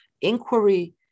inquiry